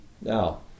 now